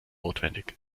notwendig